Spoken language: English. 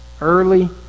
Early